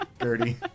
Dirty